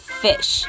fish